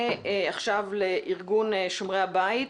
עכשיו לארגון שומרי הבית,